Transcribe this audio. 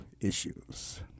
issues